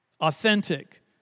Authentic